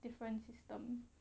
different system